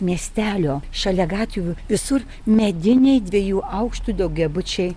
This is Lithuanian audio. miestelio šalia gatvių visur mediniai dviejų aukštų daugiabučiai